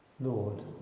Lord